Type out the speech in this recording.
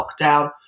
lockdown